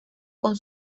con